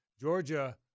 Georgia –